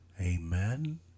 Amen